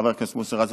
חבר הכנסת מוסי רז,